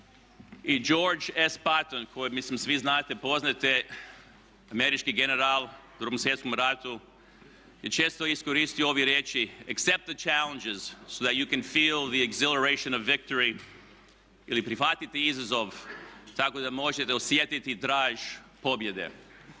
George S. Patton kojeg mislim svi znate, poznajete američki general u Drugom svjetskom ratu je često iskoristio ove riječi accept the challenge so that you can feell the exhilaration of victory ili prihvatiti izazov tako da možete osjetiti draž pobjede.